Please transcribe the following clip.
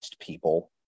people